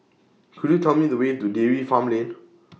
Could YOU Tell Me The Way to Dairy Farm Lane